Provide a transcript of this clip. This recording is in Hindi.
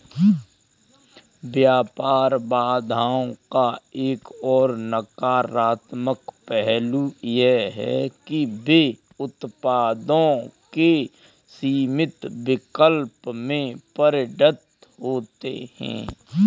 व्यापार बाधाओं का एक और नकारात्मक पहलू यह है कि वे उत्पादों के सीमित विकल्प में परिणत होते है